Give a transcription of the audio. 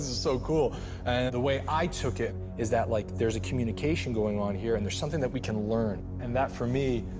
so cool. and the way i took it is that, like, there's a communication going on here and there's something that we can learn, and that, for me,